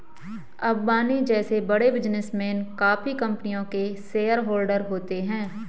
अंबानी जैसे बड़े बिजनेसमैन काफी कंपनियों के शेयरहोलडर होते हैं